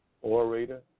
orator